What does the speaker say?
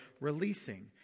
releasing